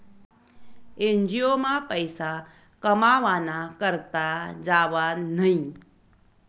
NGO मा पैसा कमावाना करता जावानं न्हयी